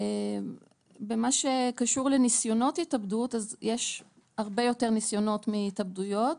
במה שקשור לניסיונות התאבדות אז יש הרבה יותר ניסיונות מהתאבדויות,